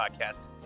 Podcast